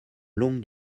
longue